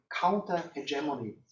counter-hegemony